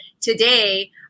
Today